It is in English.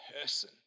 person